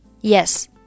Yes